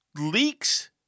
Leaks